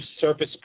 Surface